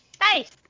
Nice